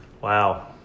Wow